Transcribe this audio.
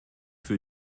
für